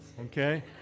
okay